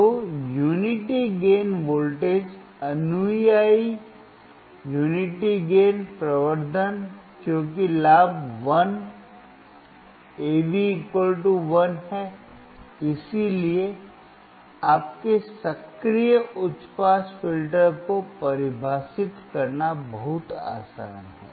तो एकता लाभ वोल्टेज अनुयायी एकता लाभ प्रवर्धक क्योंकि लाभ 1 AV 1 है इसलिए अपने सक्रिय उच्च पास फिल्टर को परिभाषित करना बहुत आसान है